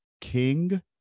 King